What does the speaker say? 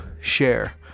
share